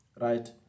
right